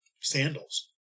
Sandals